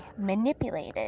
manipulated